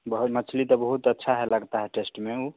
बहुत मछली तो बहुत अच्छा है लगता है टेस्ट में वह